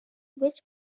which